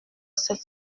sept